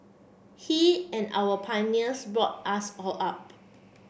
he and our pioneers brought us all up